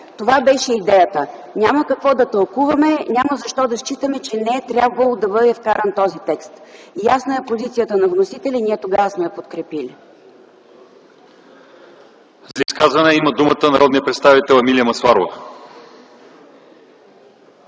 това беше идеята. Няма какво да тълкуваме, няма защо да считаме, че не е трябвало да бъде вкаран този текст. Ясна е позицията на вносителя и ние тогава сме я подкрепили. ПРЕДСЕДАТЕЛ ЛЪЧЕЗАР ИВАНОВ: За изказване има думата народният представител Емилия Масларова.